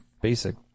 basic